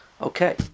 Okay